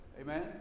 Amen